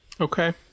Okay